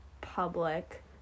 public